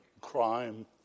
crime